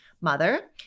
mother